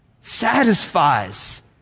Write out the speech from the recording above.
satisfies